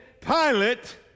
Pilate